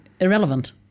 irrelevant